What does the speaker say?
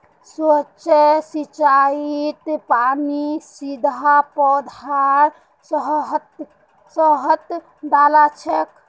सूक्ष्म सिंचाईत पानीक सीधा पौधार सतहत डा ल छेक